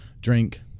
drink